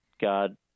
God